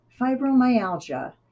fibromyalgia